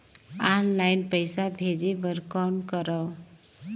Online पईसा भेजे बर कौन करव?